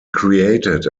created